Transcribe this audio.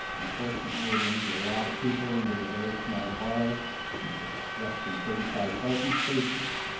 unfortunately, it brings a lot of people into a very small bar with less than thirty five parking spaces.